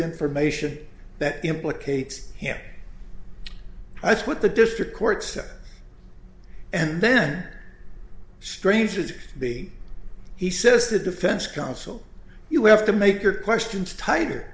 information that implicates him that's what the district court said and then strangers the he says the defense counsel you have to make your questions tighter